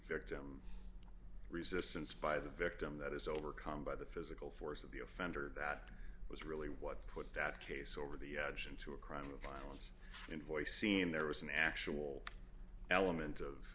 victim resistance by the victim that is overcome by the physical force of the offender that was really what put that case over the edge into a crime of violence invoiced seen there was an actual element of